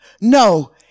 No